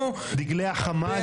דגלי החמאס?